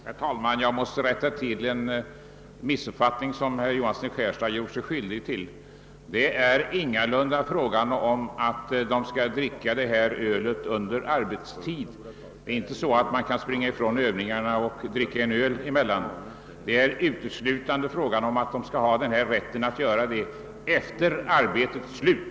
Herr talman! Jag måste rätta till en missuppfattning som herr Johansson i Skärstad har gjort sig skyldig till. Det är ingalunda så att ölet skall kunna drickas under arbetstid. Man skall inte kunna springa från övningar och dricka en öl, utan det är uteslutande fråga om en rättighet att göra det efter arbetets slut.